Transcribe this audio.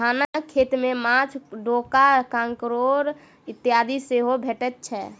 धानक खेत मे माँछ, डोका, काँकोड़ इत्यादि सेहो भेटैत छै